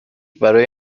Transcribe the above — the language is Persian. برای